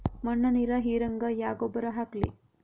ಮಣ್ಣ ನೀರ ಹೀರಂಗ ಯಾ ಗೊಬ್ಬರ ಹಾಕ್ಲಿ?